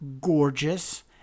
gorgeous